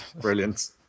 Brilliant